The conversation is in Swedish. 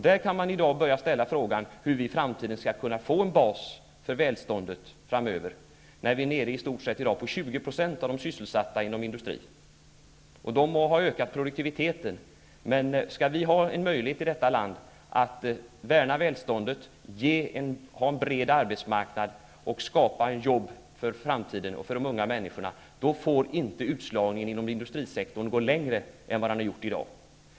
Där kan man i dag börja ställa frågan hur vi i framtiden skall kunna få en bas för välståndet, när man är nere på 20 % av de sysselsatta inom industrin. De må ha ökat produktiviteten, men skall vi i detta land ha en möjlighet att värna välståndet, ha en bred arbetsmarknad och skapa jobb för framtiden och för de unga människorna, får inte utslagningen inom industrisektorn gå längre än vad den har gjort i dag.